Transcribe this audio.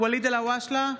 ואליד אלהואשלה,